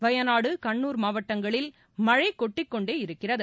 வயநாடு கன்னூர் மாவட்டங்களில் மழை கொட்டிக்கொண்டே இருக்கிறது